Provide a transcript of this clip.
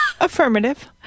Affirmative